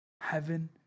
Heaven